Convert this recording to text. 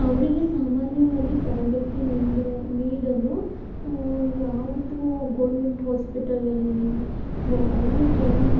ಅವರಿಗೆ ಸಾಮಾನ್ಯವಾಗಿ ತರಬೇತಿ ನೀಡಿ ನೀಡಲು ಯಾವುದು ಗೋರ್ಮೆಂಟ್ ಹಾಸ್ಪಿಟಲ್ನಲ್ಲಿ ಗ ಅಲ್ಲಿ ಟ್ರೈನಿಂಗ್